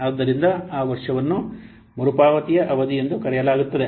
ಆದ್ದರಿಂದ ಆ ವರ್ಷವನ್ನು ಯಾವ ಮರುಪಾವತಿ ಅವಧಿ ಎಂದು ಕರೆಯಲಾಗುತ್ತದೆ